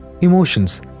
emotions